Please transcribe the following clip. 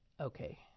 Okay